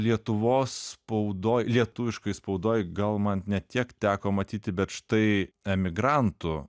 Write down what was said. lietuvos spaudoj lietuviškoj spaudoj gal man ne tiek teko matyti bet štai emigrantų